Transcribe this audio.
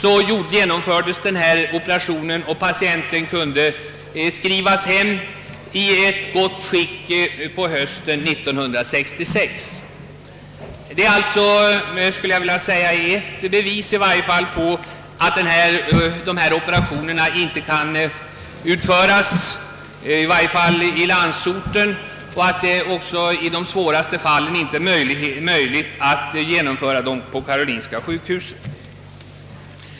Operationen gjordes och patienten kunde skrivas ut i gott skick på hösten 1966. Detta är, skulle jag vilja säga, ett bevis på att dessa operationer inte kan utföras, i varje fall inte i landsorten, och att det också i de svåraste fallen inte är möjligt att utföra operationerna på karolinska sjukhuset.